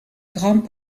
grand